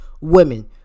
Women